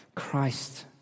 Christ